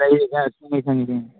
ꯈꯪꯏ ꯈꯪꯏ ꯈꯪꯏ